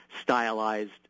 stylized